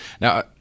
Now